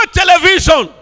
television